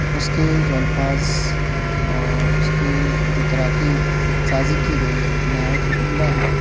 اس کے جو الفاظ اور اس کی جو تراکیب سازی کی گئی ہے نہایت ہی عمدہ ہیں